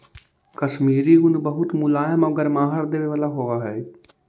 कश्मीरी ऊन बहुत मुलायम आउ गर्माहट देवे वाला होवऽ हइ